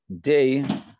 day